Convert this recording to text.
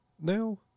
now